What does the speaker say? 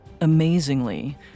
Amazingly